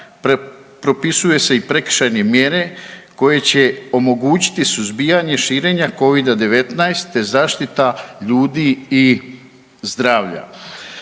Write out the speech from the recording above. propisuju se i prekršajne mjere koje će omogućiti suzbijanje širenja Covida-19 te zaštita ljudi i zdravlja.